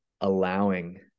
allowing